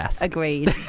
agreed